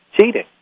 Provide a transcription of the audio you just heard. cheating